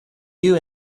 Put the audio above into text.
you